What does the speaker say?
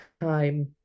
time